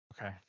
Okay